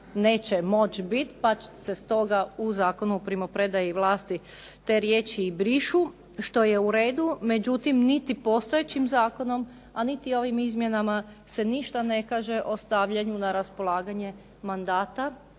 neće moći biti, pa se stoga u Zakonu o primopredaji vlasti te riječi brišu, što je uredu. Međutim, niti postojećim zakonom, a niti ovim izmjenama se ništa ne kaže o stavljanju na raspolaganje mandata